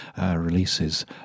releases